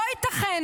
לא ייתכן